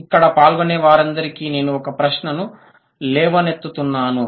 ఇక్కడ పాల్గొనే వారందరికీ నేను ఒక ప్రశ్నను లేవనెత్తుతున్నాను